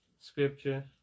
scripture